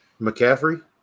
McCaffrey